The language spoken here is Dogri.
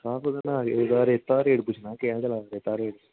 शाह जी ओह् रेट पुच्छना हा रेता रेट रेतै दा